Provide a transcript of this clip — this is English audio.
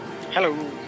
hello